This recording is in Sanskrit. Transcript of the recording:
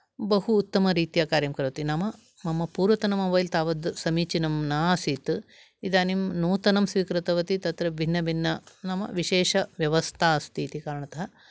बहु उत्तमरीत्या कार्यं करोति नाम मम पूर्वतन मोबैल् तावत् समीचिनं नासीत् इदानीं नूतनं स्वीकृतवती तत्र भिन्नभिन्न नाम विशेषव्यवस्था अस्ति इति कारणतः